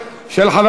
של חבר